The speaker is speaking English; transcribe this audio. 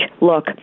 Look